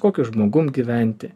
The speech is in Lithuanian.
kokiu žmogum gyventi